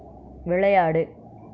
விளையாடு